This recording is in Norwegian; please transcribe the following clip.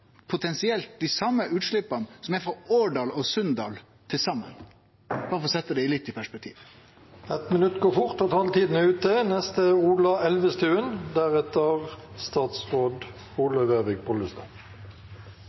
potensielt til utsleppa frå Årdal og Sunndal til saman, berre for setje det litt i perspektiv. Et minutt går fort, og taletiden er ute.